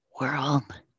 world